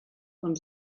con